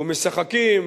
ומשחקים,